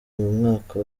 mwaka